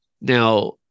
Now